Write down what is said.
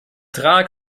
vertrag